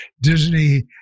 Disney